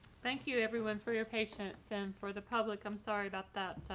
thank you everyone for your patience and for the public. i'm sorry about that